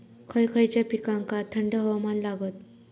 खय खयच्या पिकांका थंड हवामान लागतं?